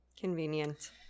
Convenient